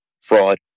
fraud